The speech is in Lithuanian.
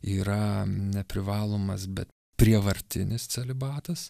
yra neprivalomas bet prievartinis celibatas